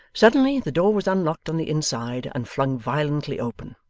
suddenly the door was unlocked on the inside, and flung violently open.